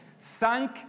Thank